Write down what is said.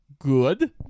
good